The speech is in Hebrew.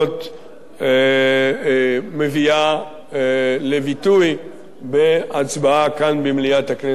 מביאה לביטוי בהצבעה כאן במליאת הכנסת.